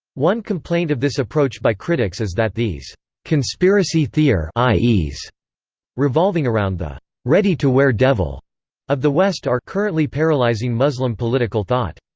one complaint of this approach by critics is that these conspiracy theor ies revolving around the ready-to-wear devil of the west are currently paralyzing muslim political thought.